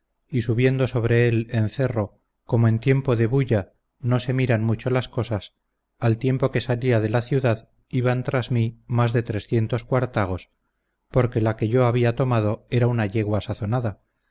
y subiendo sobre él en cerro como en tiempo de bulla no se miran mucho las cosas al tiempo que salía de la ciudad iban tras mí más de trescientos cuartagos porque la que yo había tomado era una yegua sazonada